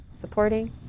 supporting